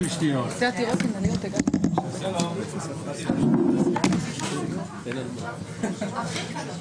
(הישיבה נפסקה בשעה 13:22 ונתחדשה בשעה 13:27.) בבקשה,